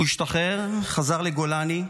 הוא השתחרר, חזר לגולני,